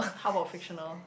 how about fictional